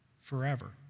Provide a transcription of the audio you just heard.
forever